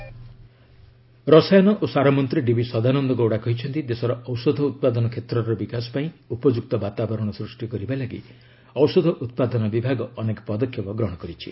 ଗଭ୍ ଆତ୍ମନିର୍ଭରତା ରସାୟନ ଓ ସାର ମନ୍ତ୍ରୀ ଡିବି ସଦାନନ୍ଦ ଗୌଡ଼ା କହିଛନ୍ତି ଦେଶର ଔଷଧ ଉତ୍ପାଦନ କ୍ଷେତ୍ରର ବିକାଶ ପାଇଁ ଉପଯୁକ୍ତ ବାତାବରଣ ସୃଷ୍ଟି କରିବା ଲାଗି ଔଷଧ ଉତ୍ପାଦନ ବିଭାଗ ଅନେକ ପଦକ୍ଷେପ ଗ୍ରହଣ କରିଛି